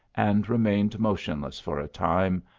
and remained motionless for a time,